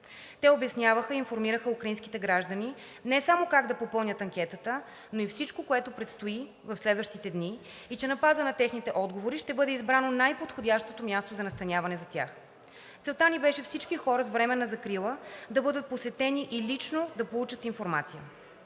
Те обясняваха, информираха украинските граждани не само как да попълнят анкетата, но за всичко, което предстои в следващите дни, и че на база на техните отговори ще бъде избрано най-подходящото място за настаняване за тях. Целта ни беше всички хора с временна закрила да бъдат посетени и лично да получат информация.